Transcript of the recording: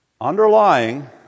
Underlying